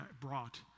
brought